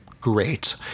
great